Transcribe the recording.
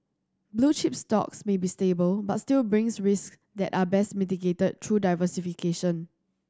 blue chip stocks may be stable but still brings risk that are best mitigated through diversification